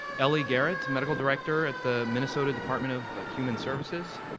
ellie garrett, medical director the minnesota department of human services.